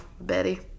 Betty